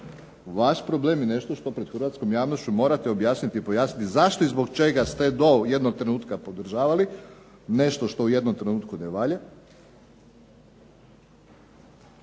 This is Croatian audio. vaš problem i nešto što pred hrvatskom javnošću morate pojasniti i objasniti zašto i zbog čega ste do jednog trenutka podržavali nešto što u jednom trenutku ne valja